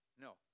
No